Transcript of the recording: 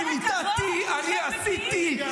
אני מוטטתי, אני עשיתי.